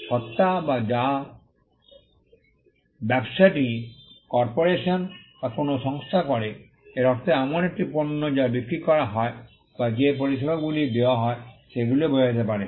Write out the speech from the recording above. সত্তা যা ব্যবসাটি কর্পোরেশন বা কোনও সংস্থা করে এর অর্থ এমন একটি পণ্য যা বিক্রি করা হয় বা যে পরিষেবাগুলি দেওয়া হয় সেগুলিও বোঝাতে পারে